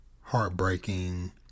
heartbreaking